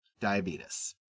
Diabetes